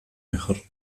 mejor